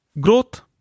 growth